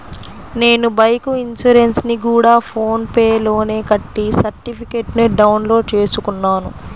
నేను బైకు ఇన్సురెన్సుని గూడా ఫోన్ పే లోనే కట్టి సర్టిఫికేట్టుని డౌన్ లోడు చేసుకున్నాను